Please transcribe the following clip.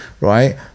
right